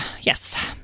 yes